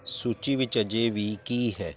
ਸੂਚੀ ਵਿੱਚ ਅਜੇ ਵੀ ਕੀ ਹੈ